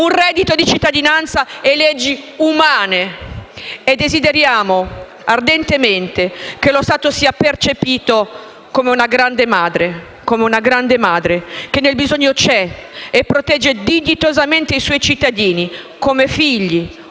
un reddito di cittadinanza e leggi umane. Desideriamo ardentemente che lo Stato sia percepito come una grande madre, che nel bisogno c'è e protegge dignitosamente i suoi cittadini come figli,